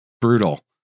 brutal